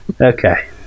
okay